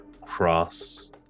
cross